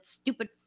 stupid